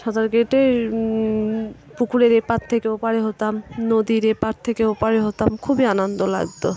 সাতার কেটে পুকুরের এপার থেকে ওপার হতাম নদীর এপার থেকে ওপার হতাম খুবই আনন্দ লাগতো